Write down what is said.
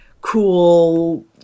cool